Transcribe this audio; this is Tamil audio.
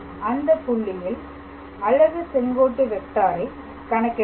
அந்தப் புள்ளியில் அலகு செங்கோட்டு வெக்டாரை கணக்கிட வேண்டும்